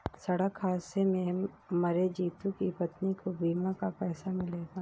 सड़क हादसे में मरे जितू की पत्नी को बीमा का पैसा मिलेगा